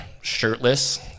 shirtless